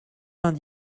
vingt